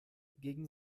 gegen